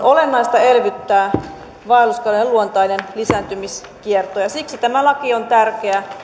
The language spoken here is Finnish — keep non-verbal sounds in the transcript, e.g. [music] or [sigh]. [unintelligible] olennaista elvyttää vaelluskalojen luontainen lisääntymiskierto ja siksi tämä laki on tärkeä